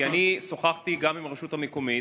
כי אני שוחחתי גם עם הרשות המקומית,